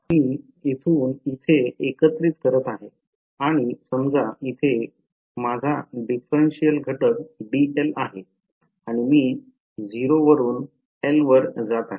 मी येथून येथे एकत्रित करीत आहे आणि समजा येथे माझा differential घटक dl आहे आणि मी 0 वरुन l वर जात आहे